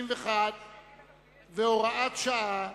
171 והוראת שעה),